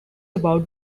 about